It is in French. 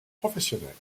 professionnelle